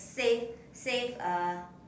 save save uh